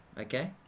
okay